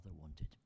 wanted